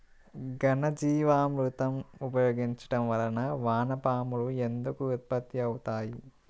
ఘనజీవామృతం ఉపయోగించటం వలన వాన పాములు ఎందుకు ఉత్పత్తి అవుతాయి?